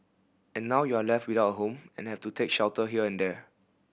and now you're left without a home and have to take shelter here and there